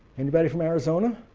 anybody from arizona?